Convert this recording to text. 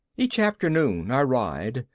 each afternoon i ride,